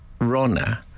runner